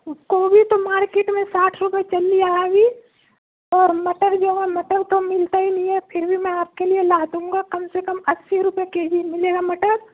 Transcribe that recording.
گوبھی تو مارکیٹ میں ساٹھ روپئے چل ریا ہے ابھی اور مٹر جو ہے مٹر تو ملتا ہی نہیں ہے پھر بھی میں آپ کے لیے لا دوں گا کم سے کم اسی روپئے کے جی ملے گا مٹر